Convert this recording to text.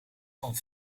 van